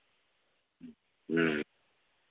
ᱦᱮᱸ